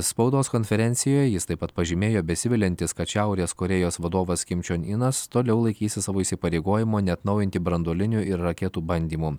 spaudos konferencijoje jis taip pat pažymėjo besiviliantis kad šiaurės korėjos vadovas kim čiong inas toliau laikysis savo įsipareigojimo neatnaujinti branduolinių ir raketų bandymų